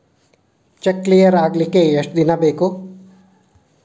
Check clear ಆಗಲಿಕ್ಕೆ ಎಷ್ಟ ದಿನ ಬೇಕು?